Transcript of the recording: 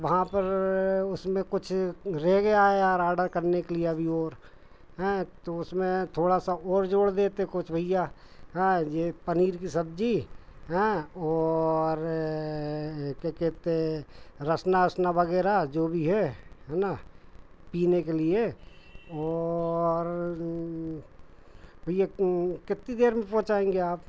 तो वहाँ पर उसमें कुछ रह गया है यार आडर करने के लिए अभी और हैं तो उसमें थोड़ा सा और जोड़ देते कुछ भैया हैं यह पनीर की सब्ज़ी हैं और ये क्या कहते रसना वसना वग़ैरह जो भी है है ना पीने के लिए और भैया कितनी देर में पहुँचाएंगे आप